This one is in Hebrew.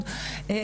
כן.